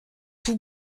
tout